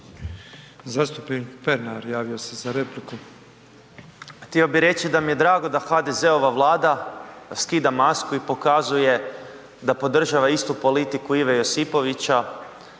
Zastupnik Mirando Mrsić javio se za repliku.